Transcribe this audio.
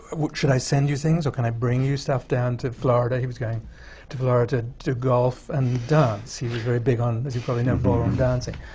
what? should i send you things? or can i bring you stuff down to florida? he was going to florida to golf and dance. he was very big on, as you probably know, ballroom dancing.